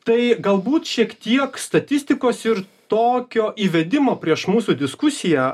tai galbūt šiek tiek statistikos ir tokio įvedimo prieš mūsų diskusiją